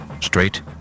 straight